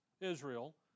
Israel